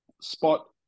spot